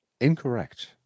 Incorrect